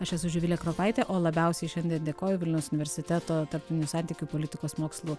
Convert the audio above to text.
aš esu živilė kropaitė o labiausiai šiandien dėkoju vilniaus universiteto tarptautinių santykių politikos mokslų